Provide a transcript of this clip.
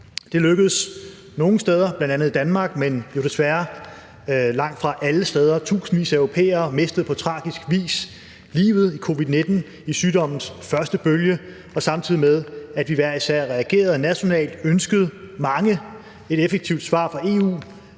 Det lykkedes nogle steder, bl.a. i Danmark, men jo desværre langtfra alle steder. Tusindvis af europæere mistede på tragisk vis livet på grund af covid-19 i sygdommens første bølge, og samtidig med at vi hver især reagerede nationalt, ønskede mange et effektivt svar fra EU,